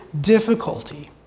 difficulty